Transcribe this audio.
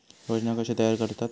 योजना कशे तयार करतात?